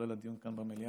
כולל הדיון כאן במליאה,